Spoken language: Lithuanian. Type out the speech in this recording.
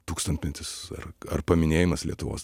tūkstantmetis ar ar paminėjimas lietuvos